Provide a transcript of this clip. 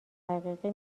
حقیقی